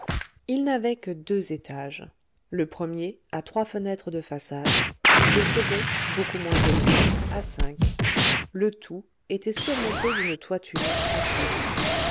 il n'avait que deux étages le premier à trois fenêtres de façade le second beaucoup moins élevé à cinq le tout était surmonté d'une toiture à pic